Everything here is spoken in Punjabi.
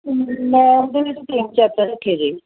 ਮੈਂ ਉਹਦੇ ਵਿੱਚ ਤਿੰਨ ਚੈਪਟਰ ਰੱਖੇ ਜੇ